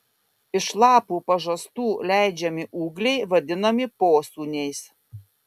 iš lapų pažastų leidžiami ūgliai vadinami posūniais